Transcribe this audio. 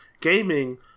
gaming